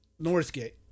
northgate